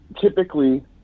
typically